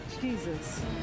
Jesus